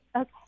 Okay